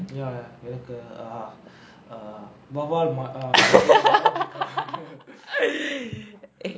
ya எனக்கு:enakku err err வவ்வால்:vavvaal